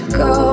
go